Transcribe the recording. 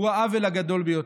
הוא העוול הגדול ביותר.